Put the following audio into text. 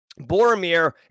Boromir